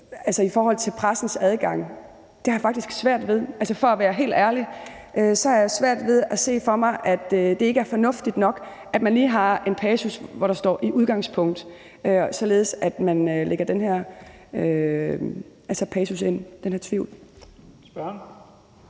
i forhold til pressens adgang. Det har jeg faktisk svært ved. Altså, for at være helt ærlig har jeg svært ved at se for mig, at det ikke er fornuftigt nok, at man lige har en passus, hvor der står som udgangspunkt, altså at man lægger den tvivl ind. Kl. 16:11 Første